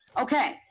Okay